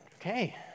Okay